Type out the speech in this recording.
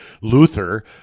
Luther